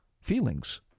Feelings